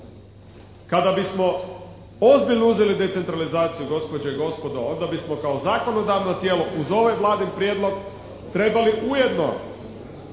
Kada bismo ozbiljno uzeli decentralizaciju gospođe i gospodo, onda bismo kao zakonodavno tijelo uz ovaj vladin prijedlog trebali ujedno